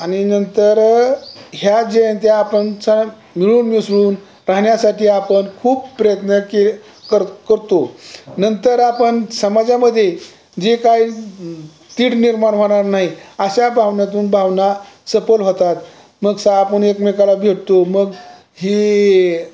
आणि नंतर हया जयंंत्या आपण स मिळून मिसळून राहण्यासाठी आपण खूप प्रयत्न के कर करतो नंतर आपण समाजामध्ये जे काही तेढ निर्माण होणार नाही अशा भावनातून भावना सफल होतात मग स आपण एकमेकाला भेटतो मग ही